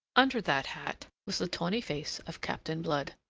under that hat was the tawny face of captain blood.